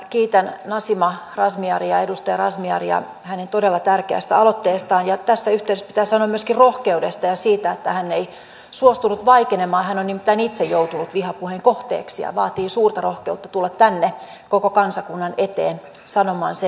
kiitän edustaja razmyaria hänen todella tärkeästä aloitteestaan ja tässä yhteydessä pitää sanoa myöskin rohkeudestaan ja siitä että hän ei suostunut vaikenemaan hän on nimittäin itse joutunut vihapuheen kohteeksi ja vaatii suurta rohkeutta tulla tänne koko kansakunnan eteen sanomaan se minkä hän sanoi